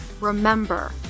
remember